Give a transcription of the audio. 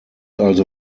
also